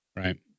Right